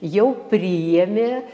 jau priėmė